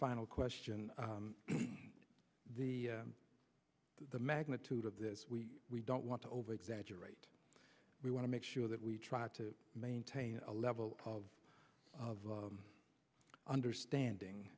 final question the the magnitude of this we we don't want to overexaggerate we want to make sure that we try to maintain a level of understanding